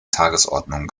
tagesordnung